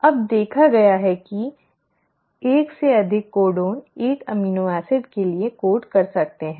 अब देखा गया है कि 1 से अधिक कोडन एक एमिनो एसिड के लिए कोड कर सकते हैं